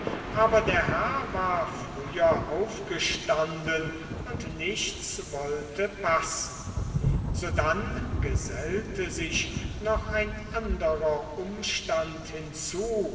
aber der herr war früher aufgestanden und nichts wollte passen sodann gesellte sich noch ein anderer umstand hinzu